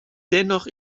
dennoch